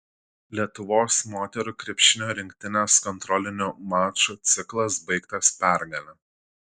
lietuvos moterų krepšinio rinktinės kontrolinių mačų ciklas baigtas pergale